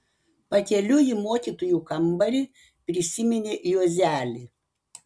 pakeliui į mokytojų kambarį prisiminė juozelį